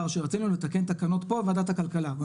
שריצנו לתקן תקנות פה בוועדת הכלכלה.